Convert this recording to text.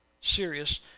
serious